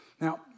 Now